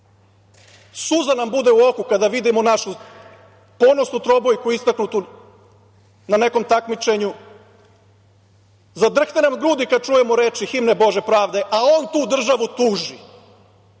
Suza nam bude u oku kada vidimo našu ponosnu trobojku istaknutu na nekom takmičenju, zadrhte nam grudi kad čujemo reči himne „Bože pravde“, a on tu državu tuži.